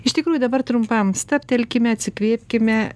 iš tikrųjų dabar trumpam stabtelkime atsikvėpkime